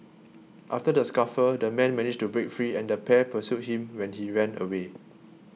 after the scuffle the man managed to break free and the pair pursued him when he ran away